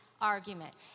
argument